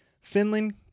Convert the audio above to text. finland